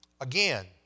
Again